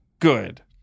Good